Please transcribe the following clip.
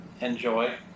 enjoy